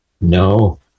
No